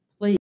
please